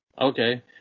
Okay